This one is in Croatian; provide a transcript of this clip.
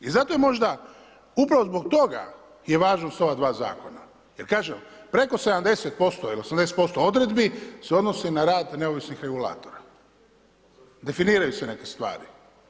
I zato je možda upravo zbog toga važnost ova dva zakona jer kažem, preko 70% ili 80% odredbi se odnosi na rad neovisnih regulatora, definiraju se neke stvari.